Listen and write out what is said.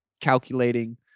calculating